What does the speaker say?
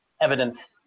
evidence